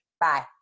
Bye